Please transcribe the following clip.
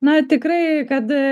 na tikrai kad